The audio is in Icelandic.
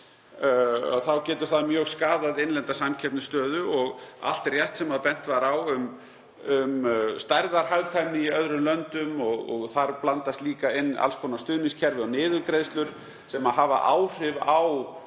Það getur skaðað mjög innlendra samkeppnisstöðu og allt rétt sem bent var á um stærðarhagkvæmni í öðrum löndum. Þar blandast líka inn alls konar stuðningskerfi og niðurgreiðslur sem hafa áhrif á